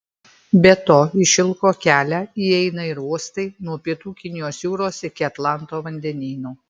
be to į šilko kelią įeina ir uostai nuo pietų kinijos jūros iki atlanto vandenyno